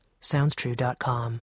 SoundsTrue.com